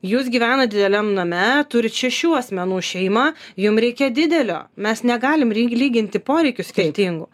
jūs gyvenat dideliam name turit šešių asmenų šeimą jum reikia didelio mes negalim rin lyginti poreikių skirtingų